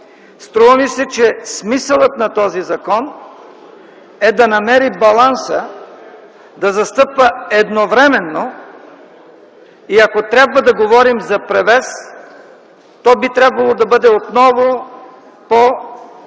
Струва ми се, че смисълът на този закон е да намери баланса да застъпва едновременно, и ако трябва да говорим за превес, то би трябвало да бъде отново по